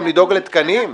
גם לדאוג לך לתקנים?